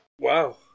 Wow